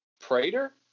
Prater